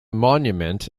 monument